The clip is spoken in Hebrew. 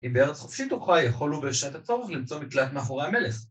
אם בארץ חופשית הוא חי, יכול הוא בשעת הצורך למצוא מקלט מאחורי המלך.